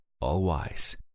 all-wise